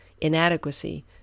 inadequacy